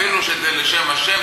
אפילו שזה לשם ה',